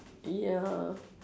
ya